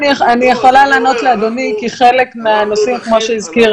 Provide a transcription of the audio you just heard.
אני יכולה לענות לאדוני כי חלק מהנושאים כמו שהזכיר